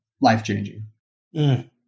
life-changing